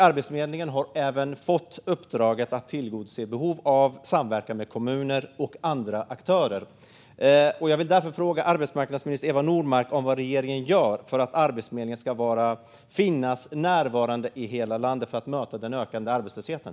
Arbetsförmedlingen har även fått uppdraget att tillgodose behov av samverkan med kommuner och andra aktörer. Jag vill därför fråga arbetsmarknadsminister Eva Nordmark vad regeringen gör för att Arbetsförmedlingen ska vara närvarande i hela landet för att möta den ökande arbetslösheten.